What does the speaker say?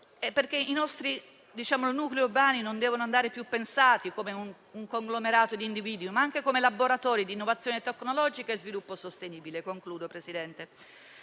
I nostri nuclei urbani non devono essere più pensati come un conglomerato di individui, ma anche come laboratori di innovazione tecnologica e sviluppo sostenibile. All'articolo